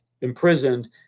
imprisoned